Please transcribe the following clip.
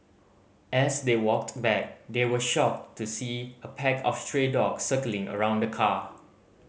as they walked back they were shocked to see a pack of stray dogs circling around the car